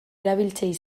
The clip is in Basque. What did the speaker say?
erabiltzaile